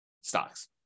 stocks